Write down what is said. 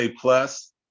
plus